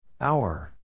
Hour